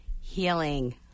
healing